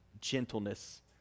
gentleness